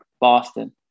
Boston